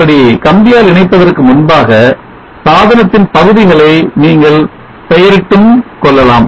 அப்படி கம்பியால் இணைப்பதற்கு முன்பாக சாதனத்தின் பகுதிகளை நீங்கள் பெயரிட்டும் கொள்ளலாம்